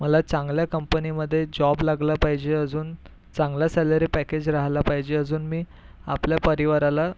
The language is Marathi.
मला चांगल्या कंपनीमध्ये जॉब लागला पाहिजे अजून चांगला सॅलरी पॅकेज रहायला पाहिजे अजून मी आपल्या परिवाराला